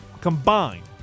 combined